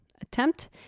attempt